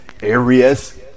areas